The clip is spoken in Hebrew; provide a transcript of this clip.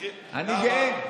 אני גאה.